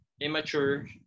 immature